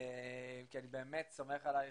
כי אני באמת סומך עליך.